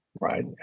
Right